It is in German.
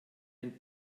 den